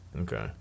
Okay